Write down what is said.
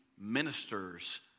ministers